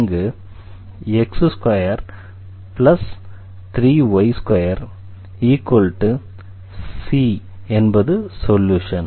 இங்கு x23y2cஎன்பது சொல்யூஷன்